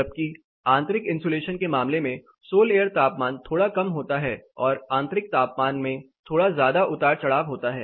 जबकि आंतरिक इन्सुलेशन के मामले में सोल एयर तापमान थोड़ा कम होता है और आंतरिक तापमान में थोड़ा ज्यादा उतार चढ़ाव होता है